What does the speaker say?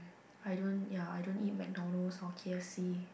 I don't ya I don't eat McDonald's or k_f_c